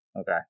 Okay